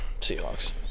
Seahawks